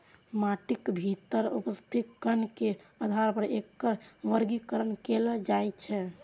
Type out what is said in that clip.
माटिक भीतर उपस्थित कण के आधार पर एकर वर्गीकरण कैल जाइ छै